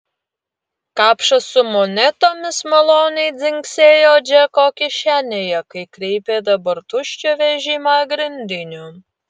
kapšas su monetomis maloniai dzingsėjo džeko kišenėje kai kreipė dabar tuščią vežimą grindiniu